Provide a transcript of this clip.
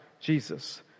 Jesus